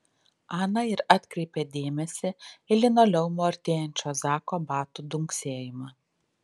ana ir atkreipė dėmesį į linoleumu artėjančio zako batų dunksėjimą